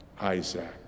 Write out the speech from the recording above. Isaac